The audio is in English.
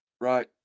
Right